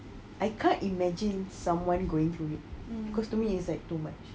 I can't imagine someone going through it because to me it's like too much